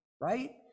right